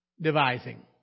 Devising